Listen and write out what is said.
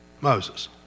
Moses